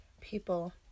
people